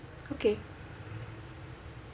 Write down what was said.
okay